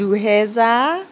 দুহেজাৰ